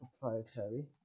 proprietary